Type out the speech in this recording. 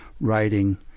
Writing